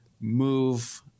move